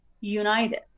united